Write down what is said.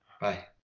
Bye